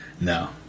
No